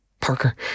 Parker